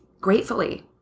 gratefully